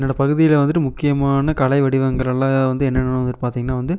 என்னோட பகுதியில் வந்துவிட்டு முக்கியமான கலை வடிவங்களெல்லாம் வந்து என்னென்னனா வந்துவிட்டு பார்த்தீங்கன்னா வந்து